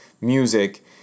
music